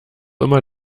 immer